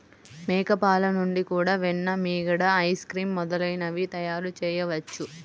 మేక పాలు నుండి కూడా వెన్న, మీగడ, ఐస్ క్రీమ్ మొదలైనవి తయారుచేయవచ్చును